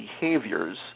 behaviors